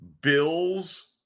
Bills